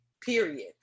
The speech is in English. period